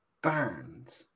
Banned